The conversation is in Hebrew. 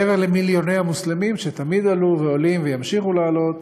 מעבר למיליוני המוסלמים שתמיד עלו ועולים וימשיכו לעלות,